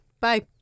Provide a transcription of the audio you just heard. Bye